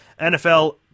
NFL